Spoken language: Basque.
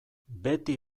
beti